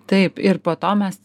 taip ir po to mes